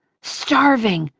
starving.